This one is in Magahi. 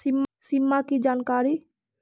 सिमा कि जानकारी?